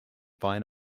fine